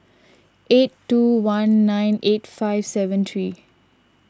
eight two one nine eight five seven three